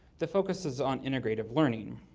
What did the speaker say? the focus is on integrative learning.